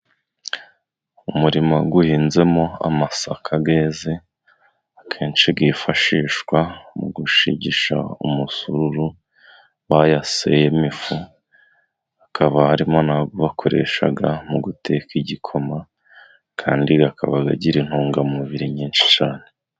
Umurima uhinzemo amasaka yeze, akenshi yifashishwa mu gushigisha umusururu, bayaseyemo ifu. Hakaba harimo n'ayo bakoresha mu guteka igikoma, kandi akaba agira intungamubiri nyinshi cyane.